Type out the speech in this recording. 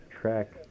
track